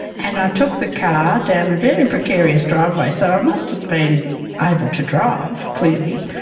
and i took the car down a very precarious driveway, so i must have been able to drive, clearly,